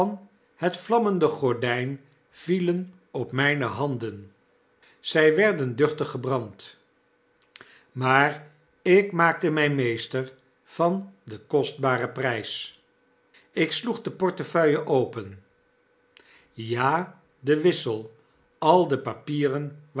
het vlammende gordijn vielen op mijne handen zj werden duchtig gebrand maar ik maakte my meester van den kostbaren prijs ik sloeg de portefeuille open ja de wissel al de papieren